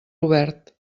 obert